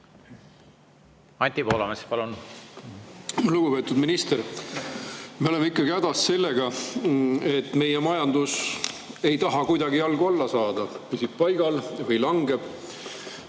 Anti Poolamets, palun! Lugupeetud minister! Me oleme ikkagi hädas sellega, et meie majandus ei taha kuidagi jalgu alla saada. See püsib paigal või langeb.